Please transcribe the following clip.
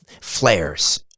flares